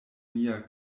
mia